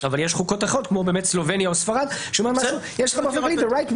אבל יש חוקות אחרות כמו בסלובניה או בספרד שאומרות שיש לך את הזכות לא